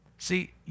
See